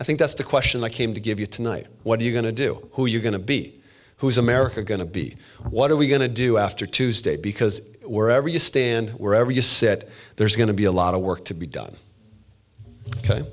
i think that's the question i came to give you tonight what are you going to do who you're going to be who is america going to be what are we going to do after tuesday because wherever you stand wherever you sit there is going to be a lot of work to be done